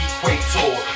Equator